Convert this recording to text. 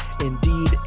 Indeed